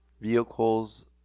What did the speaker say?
vehicles